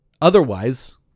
Otherwise